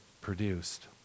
produced